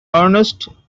ernest